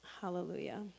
Hallelujah